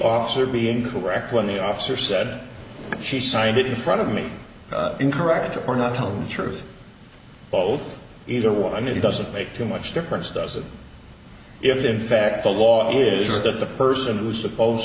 officer be incorrect when the officer said she signed it in front of me incorrect or not telling the truth both either one i mean it doesn't make too much difference does it if in fact the law is or the person who's supposed